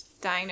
dino